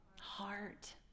Heart